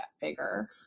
bigger